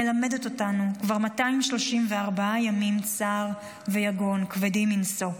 מלמדת אותנו כבר 234 ימים צער ויגון כבדים מנשוא.